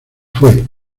fue